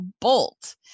Bolt